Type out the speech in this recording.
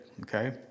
Okay